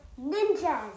Ninjas